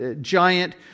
giant